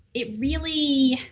it really.